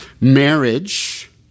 Marriage